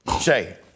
Shay